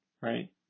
right